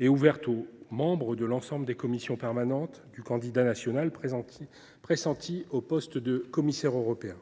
ouverte à l’ensemble des membres des commissions permanentes, du candidat national pressenti au poste de commissaire européen.